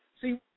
See